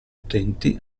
utenti